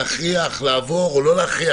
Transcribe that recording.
לעבור או לא להכריח?